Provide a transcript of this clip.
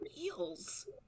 eels